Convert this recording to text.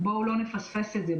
בואו לא נפספס את זה,